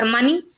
Money